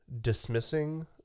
dismissing